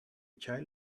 child